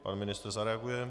Pan ministr zareaguje.